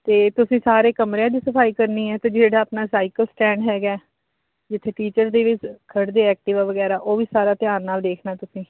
ਅਤੇ ਤੁਸੀਂ ਸਾਰੇ ਕਮਰਿਆਂ ਦੀ ਸਫਾਈ ਕਰਨੀ ਹੈ ਅਤੇ ਜਿਹੜਾ ਆਪਣਾ ਸਾਈਕਲ ਸਟੈਂਡ ਹੈਗਾ ਜਿੱਥੇ ਟੀਚਰ ਦੀ ਵੀ ਖੜ੍ਹਦੇ ਐਕਟਿਵਾ ਵਗੈਰਾ ਉਹ ਵੀ ਸਾਰਾ ਧਿਆਨ ਨਾਲ ਦੇਖਣਾ ਤੁਸੀਂ